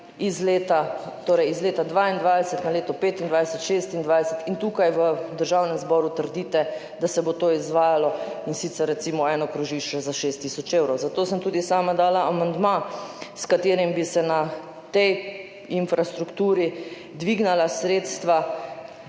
iz leta 2022 na leto 2025, 2026 in tukaj v Državnem zboru trdite, da se bo to izvajalo, recimo eno krožišče za šest tisoč evrov. Zato sem tudi sama dala amandma, s katerim bi se na tej infrastrukturi dvignila sredstva